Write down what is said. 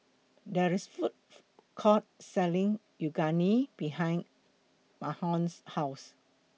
There IS A Food Court Selling Unagi behind Mahlon's House